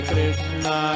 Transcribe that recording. Krishna